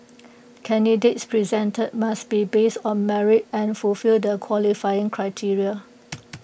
candidates presented must be based on merit and fulfill the qualifying criteria